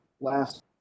last